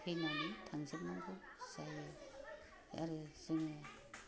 थैनानै थांजोबनांगौ जायो आरो जोङो